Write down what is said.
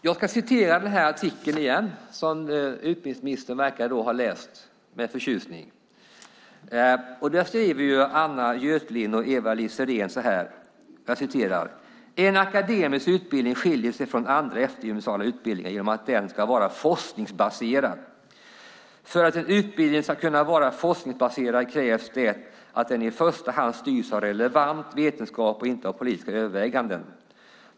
Jag ska återigen citera artikeln som utbildningsministern verkar ha läst med förtjusning. Anna Götlind och Eva-Lis Sirén skriver så här: "En akademisk utbildning skiljer sig från andra eftergymnasiala utbildningar genom att den ska vara forskningsbaserad. För att en utbildning ska kunna vara forskningsbaserad krävs det att den i första hand styrs av relevant vetenskap och inte av politiska överväganden.